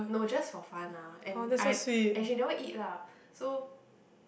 no just for fun lah and I and she never eat lah so